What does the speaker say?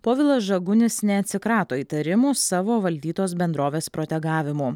povilas žagunis neatsikrato įtarimų savo valdytos bendrovės protegavimu